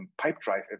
Pipedrive